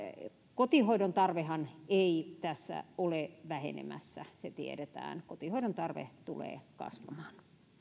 kotihoidon tarvehan ei tässä ole vähenemässä se tiedetään kotihoidon tarve tulee kasvamaan